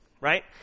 right